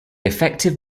effective